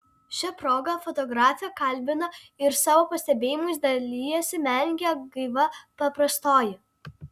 šia proga fotografę kalbina ir savo pastebėjimais dalijasi menininkė gaiva paprastoji